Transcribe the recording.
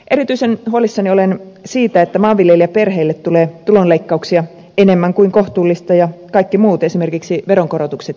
erityisen huolissani olen siitä että maanviljelijäperheille tulee tulonleikkauksia enemmän kuin kohtuullista ja kaikki muut esimerkiksi veronkorotukset siihen päälle